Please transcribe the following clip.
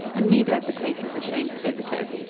and neither of the places are shown to visitors.